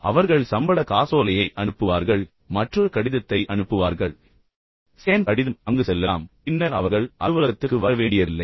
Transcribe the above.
பின்னர் அவர்கள் சம்பள காசோலையை அனுப்புவார்கள் பின்னர் மற்றொரு கடிதத்தை அனுப்புவார்கள் ஸ்கேன் கடிதம் அங்கு செல்லலாம் பின்னர் அவர்கள் அலுவலகத்திற்கு வர வேண்டியதில்லை